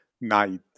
night